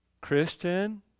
Christian